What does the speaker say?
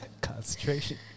concentration